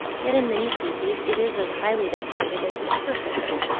yet in many species it is as highly decorated as the upper surface,